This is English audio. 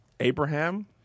Abraham